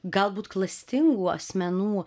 galbūt klastingų asmenų